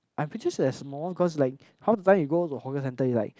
I'm pretty sure there's more because like half the time you go to hawker centre you like